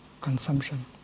consumption